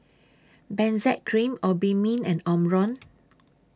Benzac Cream Obimin and Omron